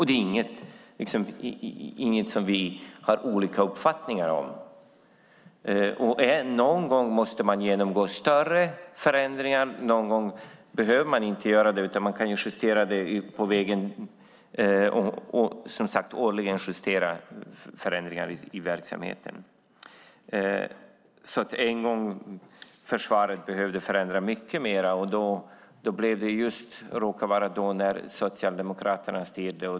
Det är inget som vi har olika uppfattningar om. Någon gång måste en myndighet genomgå större förändringar, och någon gång behöver en myndighet inte göra det. Det kan bli fråga om årliga justeringar i verksamheten. Förra gången försvaret behövde göra stora förändringar råkade vara när Socialdemokraterna styrde.